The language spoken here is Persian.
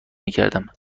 میکردم